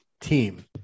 team